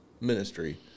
ministry